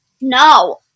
No